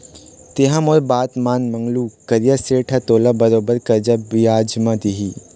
तेंहा मोर बात मान मंगलू करिया सेठ ह तोला बरोबर करजा बियाज म दिही